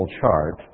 chart